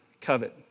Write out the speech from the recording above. covet